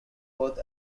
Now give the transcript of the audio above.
both